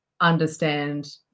understand